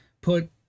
put